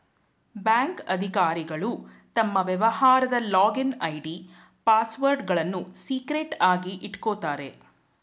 bank ಅಧಿಕಾರಿಗಳು ತಮ್ಮ ವ್ಯವಹಾರದ ಲಾಗಿನ್ ಐ.ಡಿ, ಪಾಸ್ವರ್ಡ್ಗಳನ್ನು ಸೀಕ್ರೆಟ್ ಆಗಿ ಇಟ್ಕೋತಾರೆ